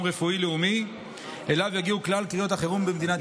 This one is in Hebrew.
רפואי לאומי שאליו יגיעו כלל קריאות החירום במדינה.